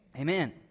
Amen